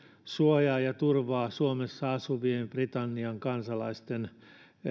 suojaa ja turvaa suomessa asuvien britannian kansalaisten